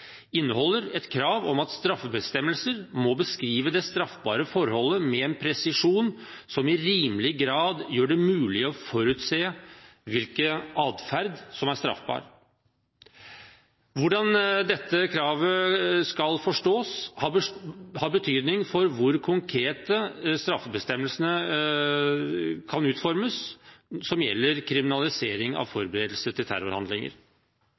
inneholder et krav om at staffebestemmelser må beskrive det straffbare forholdet med en presisjon som i rimelig grad gjør det mulig å forutse hvilken atferd som er straffbar. Hvordan dette kravet skal forstås, har betydning for hvor konkrete straffebestemmelsene som gjelder kriminalisering av forberedelser til terrorhandlinger,